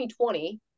2020